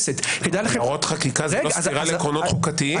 הערות חקיקה זה לא סתירה לעקרונות חוקתיים.